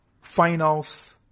finals